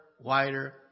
wider